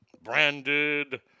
Branded